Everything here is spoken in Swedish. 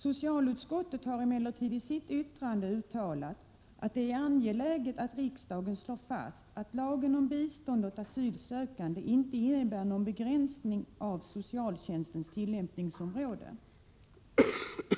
Socialutskottet har emellertid i sitt yttrande uttalat att det är angeläget att riksdagen slår fast att lagen om bistånd åt asylsökande inte innebär någon begränsning av socialtjänstens tillämpningsområde.